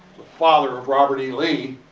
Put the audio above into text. the father of robert e. lee.